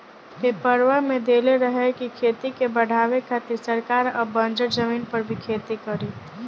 पेपरवा में देले रहे की खेती के बढ़ावे खातिर सरकार अब बंजर जमीन पर भी खेती करी